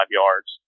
yards